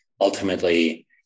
ultimately